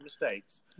mistakes